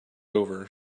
over